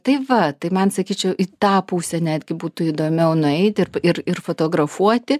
tai va tai man sakyčiau į tą pusę netgi būtų įdomiau nueit ir ir ir fotografuoti